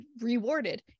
rewarded